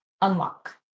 unlock